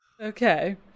Okay